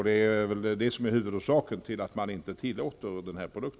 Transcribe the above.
Det är huvudorsaken till att man inte tillåter denna produkt.